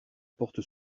porte